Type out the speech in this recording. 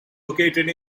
located